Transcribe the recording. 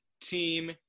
team